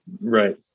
Right